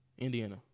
Indiana